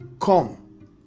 come